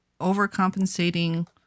overcompensating